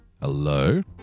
Hello